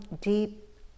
deep